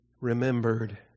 remembered